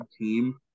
team